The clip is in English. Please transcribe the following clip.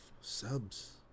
subs